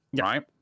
right